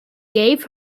gave